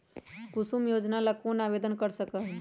कुसुम योजना ला कौन आवेदन कर सका हई?